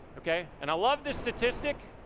okay? and i love this statistic,